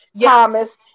Thomas